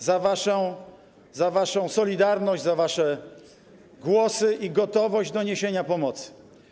Dziękujemy za waszą solidarność, za wasze głosy i gotowość do niesienia pomocy.